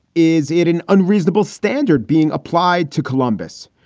is it an unreasonable standard being applied to columbus,